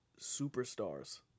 superstars